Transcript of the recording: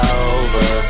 over